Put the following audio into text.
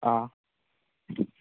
ꯑꯥ